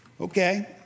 okay